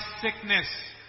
sickness